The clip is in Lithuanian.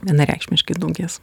vienareikšmiškai daugės